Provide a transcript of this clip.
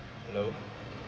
hello